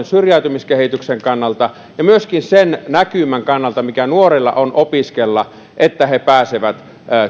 syrjäytymiskehityksen kannalta ja myöskin sen näkymän kannalta mikä nuorilla on opiskella että he pääsevät